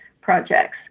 projects